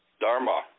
dharma